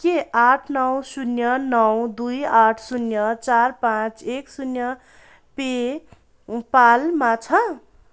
के आठ नौ शून्य नौ दुई आठ शून्य चार पाँच एक शून्य पे पालमा छ